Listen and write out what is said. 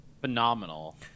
Phenomenal